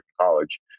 college